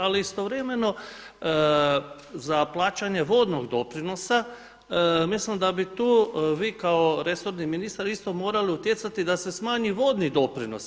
Ali istovremeno za plaćanje vodnog doprinosa mislim da bi tu vi kao resorni ministar isto morali utjecati da se smanji vodni doprinos.